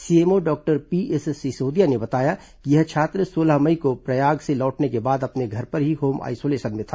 CMO doctor P S Sisodia ने बताया कि यह छात्र सोलह मई को प्रयाग से लौटने के बाद अपने घर पर ही होम आईसोलेशन में था